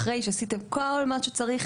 אחרי שעשית כל מה שצריך,